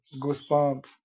goosebumps